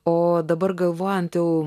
o dabar galvojant jau